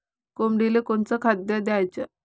कोंबडीले कोनच खाद्य द्याच?